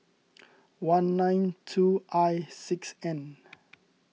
one nine two I six N